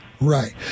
Right